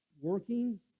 working